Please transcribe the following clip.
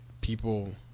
people